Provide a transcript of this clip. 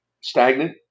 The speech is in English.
stagnant